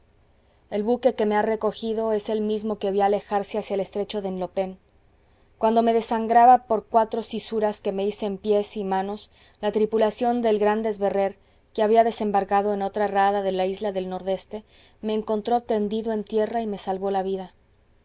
el buque que me ha recogido es el mismo que ví alejarse hacia el estrecho de henlopen cuando me desangraba por cuatro cisuras que me hice en pies y manos la tripulación del grande esberrer que había desembarcado en otra rada de la isla del nordeste me encontró tendido en tierra y me salvó la vida